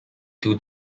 two